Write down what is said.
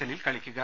എല്ലിൽ കളിക്കുക